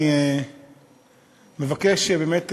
אני מבקש באמת,